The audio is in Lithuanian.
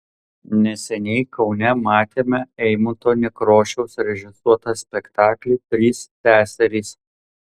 neseniai kaune matėme eimunto nekrošiaus režisuotą spektaklį trys seserys